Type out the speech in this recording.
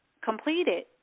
completed